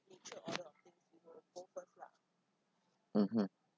mmhmm